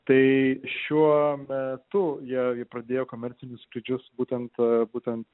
tai šiuo metu jie pradėjo komercinius skrydžius būtent būtent